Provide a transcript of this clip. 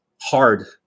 hard